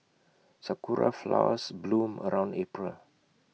Sakura Flowers bloom around April